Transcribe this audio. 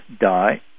die